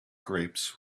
grapes